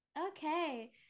Okay